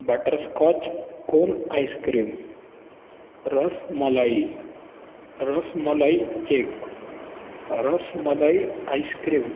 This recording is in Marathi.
butterscotch cone ice cream rasmalai rasmalai cake rasmalai ice cream